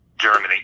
Germany